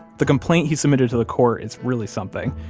the complaint he submitted to the court is really something.